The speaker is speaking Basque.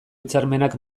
hitzarmenak